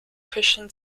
christian